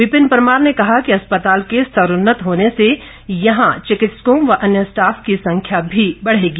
विपिन परमार ने कहा कि अस्पताल के स्तरोन्नत होने से यहां चिकित्सकों व अन्य स्टाफ की संख्या भी बढ़ेगी